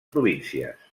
províncies